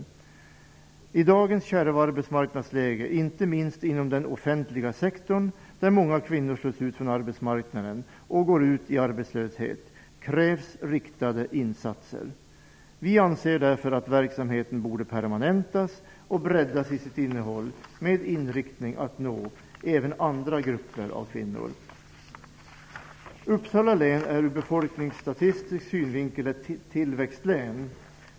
I dagens kärva arbetsmarknadsläge, inte minst inom den offentliga sektorn där många kvinnor slås ut från arbetsmarknaden och går ut i arbetslöshet, krävs riktade insatser. Vi anser därför att verksamheten borde permanentas och breddas i sitt innehåll med inriktningen att nå även andra grupper av kvinnor. Uppsala län är ur befolkningsstatistisk synvinkel ett tillväxtlän.